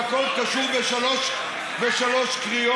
והכול קשור בשלוש קריאות,